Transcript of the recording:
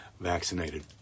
vaccinated